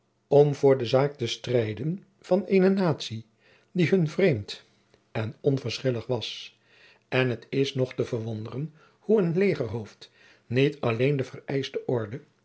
om voor de zaak te strijden van eene natie die hun vreemd en onverschillig was en het is nog te verwonderen hoe een legerhoofd niet alleen de vereischte orde